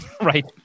Right